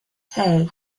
hey